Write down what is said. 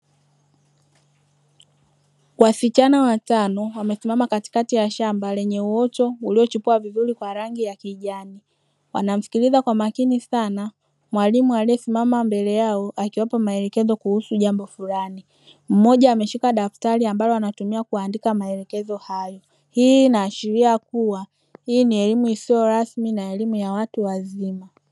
Wasichana watano wamesisima katikati ya shamba lenye uoto uliochipua vizuri kwa rangi ya kijani wanamsikiliza kwa makini sana mwalimu aliyesimama mbele yao akiwapa maelekezo kuhusu jambo fulani. Mmoja ameshika daftari ambalo anatumia kuandika maelekezo hayo. Hii inaashiria kuwa hii ni elimu isiyorasmi na elimu ya watu wazima.